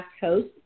host